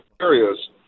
areas